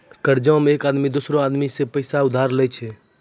कर्जा मे एक आदमी दोसरो आदमी सं पैसा उधार लेय छै